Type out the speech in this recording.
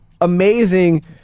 amazing